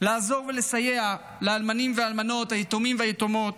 לעזור ולסייע לאלמנים והאלמנות, היתומים והיתומות,